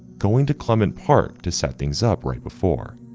going to clemen park to set things up right before.